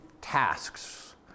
tasks